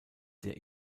der